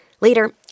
Later